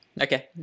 okay